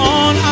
on